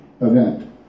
event